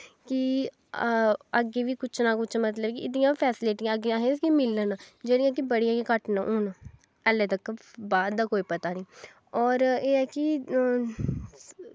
की अग्गें बी कुछ ना कुछ मतलव की एह्दियां फैसलिटियां अगें असेंगी मिलन जेह्ड़ियां कि बड़ियां गै घट्ट न हून हल्लें तक बाद दा पता नी और एह् ऐ कि